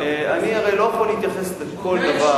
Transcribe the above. אני הרי לא יכול להתייחס לכל דבר,